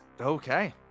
okay